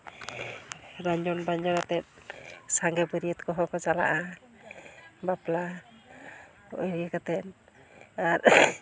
ᱨᱟᱸᱡᱚᱱᱼᱵᱟᱸᱡᱚᱱᱟᱛᱮᱫ ᱥᱟᱸᱜᱮ ᱵᱟᱹᱰᱨᱭᱟᱹᱛ ᱠᱚᱦᱚᱸ ᱠᱚ ᱪᱟᱞᱟᱜᱼᱟ ᱵᱟᱯᱞᱟ ᱠᱚ ᱦᱩᱭ ᱠᱟᱛᱮᱫ